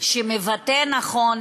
שמבטא נכון